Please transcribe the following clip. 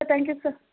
thank you sir